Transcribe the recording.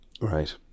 Right